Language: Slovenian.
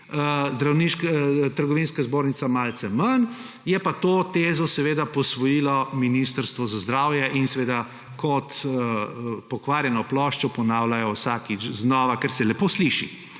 zbornici, Trgovinska zbornica malce manj, je pa to tezo seveda posvojilo Ministrstvo za zdravje in jo kot pokvarjeno ploščo ponavljajo vsakič znova, ker se lepo sliši.